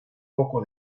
poco